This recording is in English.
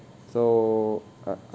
so I